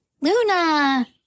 Luna